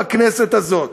בכנסת הזאת.